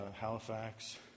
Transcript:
halifax